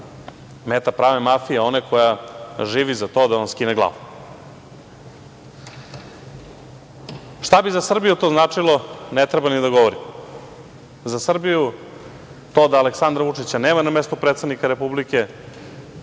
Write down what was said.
meta prave mafije, one koja živi za to da vam skine glavu. Šta bi za Srbiju to značilo ne treba ni da govorim? Za Srbiju to da Aleksandar Vučića nema na mestu predsednika Republike